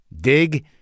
Dig